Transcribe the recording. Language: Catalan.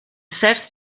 certs